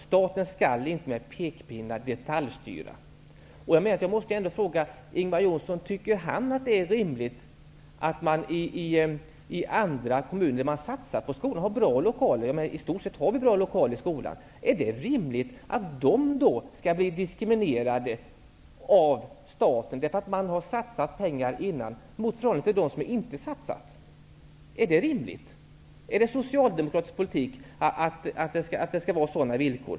Staten skall inte komma med pekpinnar och detaljstyra. Jag måste fråga: Tycker Ingvar Johnsson att det är rimligt att kommuner som har satsat på skolorna och har bra lokaler -- i stort sett har skolorna bra lokaler -- skall bli diskriminerade av staten? Skall de kommuner missgynnas som har satsat pengar, i förhållande till dem som inte har satsat tidigare? Är det socialdemokratisk politik att det skall vara sådana villkor?